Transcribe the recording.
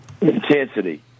Intensity